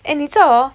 eh 你看 hor